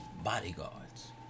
bodyguards